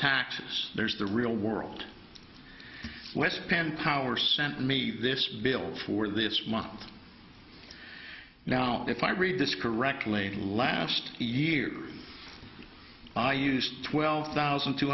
tax there's the real world let's pan power sent me this build for this month now if i read this correctly last year i use twelve thousand two